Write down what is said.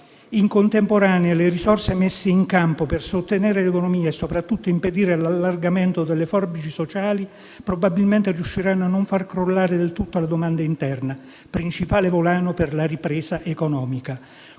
In contemporanea, le risorse messe in campo per sostenere l'economia e soprattutto per impedire l'allargamento delle forbici sociali, probabilmente riusciranno a non far crollare del tutto la domanda interna, principale volano per la ripresa economica,